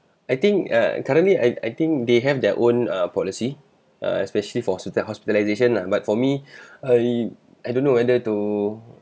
I think uh currently I I think they have their own err policy err especially for suited hospitalisation ah but for me I I don't know whether to